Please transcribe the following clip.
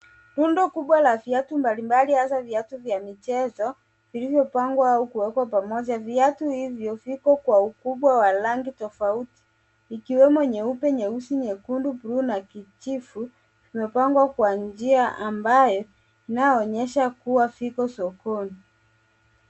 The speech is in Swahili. Rundo kubwa la viatu mbalimbali hasa viatu vya michezo, vilivyopangwa au kuwekwa pamoja. Viatu hivyo viko kwa ukubwa wa rangi tofauti vikiwemo nyeupe, nyeusi, nyekundu, buluu na kijivu; imepangwa kwa njia ambaye inayoonyesha viko sokoni.